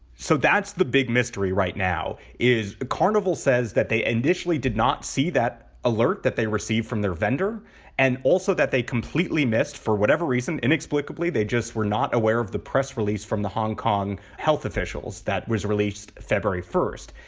so that's the big mystery right now, is carnival says that they initially did not see that alert that they received from their vendor and also that they completely missed for whatever reason. inexplicably, they just were not aware of the press release from the hong kong health officials. that was released february first.